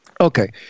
Okay